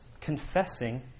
confessing